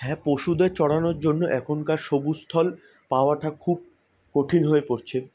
হ্যাঁ পশুদের চরানোর জন্য এখনকার সবুজ স্থল পাওয়াটা খুব কঠিন হয়ে পড়ছে